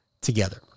together